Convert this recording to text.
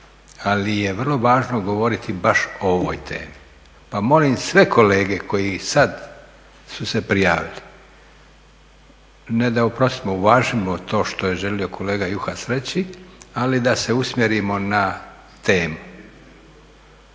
ali je vrlo važno govoriti baš o ovoj temi pa molim sve kolege koji sada su se prijavili, … uvažimo to što je želio kolega Juhas reći, ali da se usmjerimo na temu.